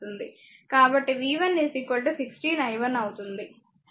కాబట్టి v 1 16 i 1 అవుతుంది